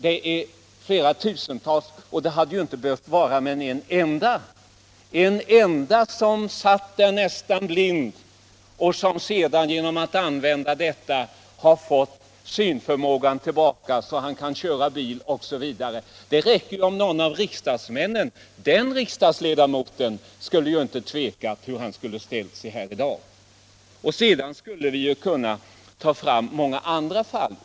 Det gäller flera tusen människor men det hade ju inte behövt vara mer än en enda. Det räcker om man träffat på en enda människa som varit nästan blind men som sedan genom att använda THX-preparat fått synförmågan till baka, så att han kan köra bil osv., för att man skall bli övertygad. Den riksdagsledamot som kommit i kontakt med något sådant fall tvekar inte hur han skall ställa sig här i dag. Jag skulle kunna ta fram många andra fall.